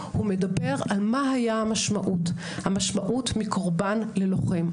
הוא מדבר על מה הייתה המשמעות: המשמעות מקורבן ללוחם,